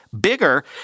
bigger